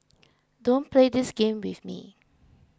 don't play this game with me